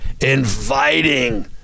inviting